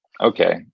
Okay